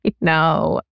No